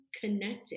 connected